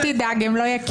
אל תדאג, הם לא יקימו.